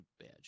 badge